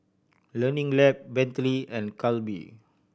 Learning Lab Bentley and Calbee